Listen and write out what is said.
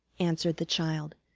answered the child.